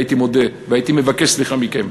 והייתי מודה והייתי מבקש סליחה מכם.